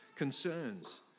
Concerns